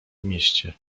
mieście